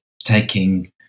taking